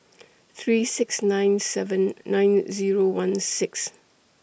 three six nine seven nine Zero one six